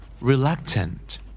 Reluctant